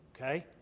Okay